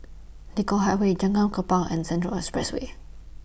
Nicoll Highway Jalan Kapal and Central Expressway